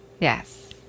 Yes